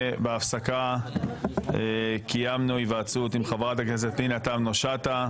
שבהפסקה קיימנו היוועצות עם חברת הכנסת פנינה תמנו שטה,